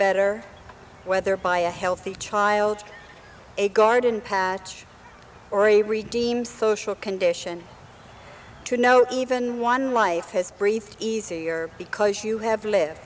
better whether by a healthy child a garden patch or a redeemed social condition to know even one life has briefed easier because you have live